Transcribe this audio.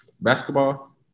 basketball